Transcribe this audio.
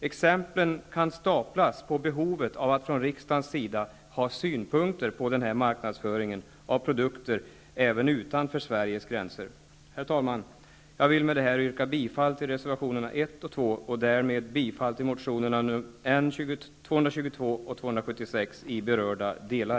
Exemplen kan staplas på behovet av att från riksdagens sida ha synpunkter på denna typ av produkter även utanför Sveriges gränser. Herr talman! Jag vill med detta yrka bifall till reservationerna 1 och 2 och därmed bifall till motionerna N222 och N276 i berörda delar.